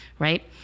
Right